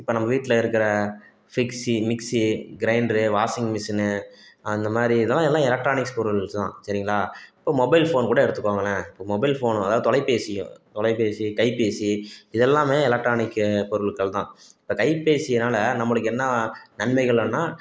இப்போ நம்ம வீட்டில் இருக்கிற ஃபிக்சி மிக்சி கிரைண்டரு வாஷிங் மிஷினு அந்த மாதிரி இதெல்லாம் எல்லாம் எலெக்ட்ரானிக்ஸ் பொருள்ஸ் தான் சரிங்களா இப்போ மொபைல் ஃபோனு கூட எடுத்துகோங்களேன் இப்போ மொபைல் ஃபோனு அதாவது தொலைபேசியோ தொலைபேசி கைபேசி இதெல்லாம் எலெட்ரானிக்கு பொருட்கள் தான் இப்போ கைபேசினால் நம்மளுக்கு என்ன நன்மைகளுனா